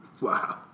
Wow